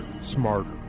smarter